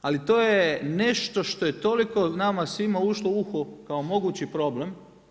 Ali to je nešto što je toliko nama svima ušlo u uho kao mogući problem.